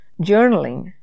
journaling